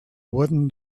wooden